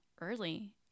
early